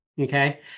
okay